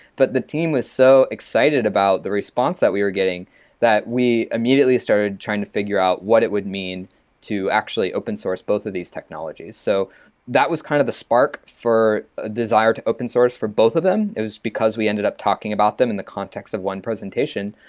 but the team was so excited about the response that we were getting that we immediately started trying to figure out what it would mean to actually open source both of these technologies. so that was kind of the spark for a desire to open-source for both of them. it was because we ended up talking about them in the context of one presentation.